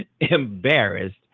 embarrassed